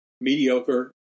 mediocre